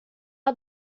are